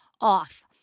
off